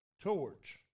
Torch